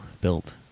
built